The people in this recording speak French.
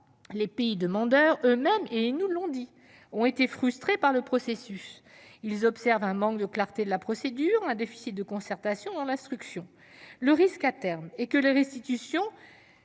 les pays demandeurs- ils nous l'ont dit -ont été frustrés par le processus. Ils observent un manque de clarté de la procédure et un déficit de concertation dans l'instruction. Le risque, à terme, est que les restitutions